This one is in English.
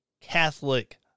Catholic